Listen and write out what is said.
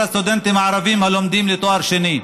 הסטודנטים הערבים הלומדים לתואר שני,